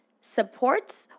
supports